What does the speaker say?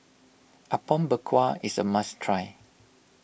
Apom Berkuah is a must try